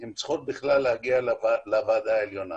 יש כאלה שכבר היו בוועדה והם יודעים שזה לא קורה בשגרה,